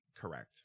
correct